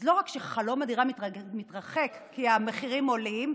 אז לא רק שחלום הדירה מתרחק כי המחירים עולים,